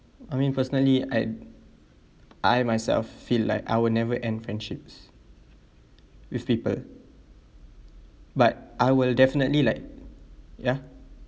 I mean personally I I myself feel like I will never and friendships with people but I will definitely like ya